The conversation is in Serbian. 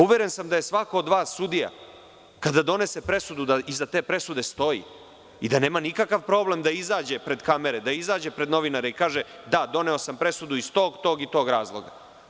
Uveren sam da svako od vas sudija, kada donese presudu, da iza te presude stoji i da nema nikakav problem da izađe pred kamere, da izađe pred novinare i kaže – da, doneo sam presudu iz tog i tog razloga.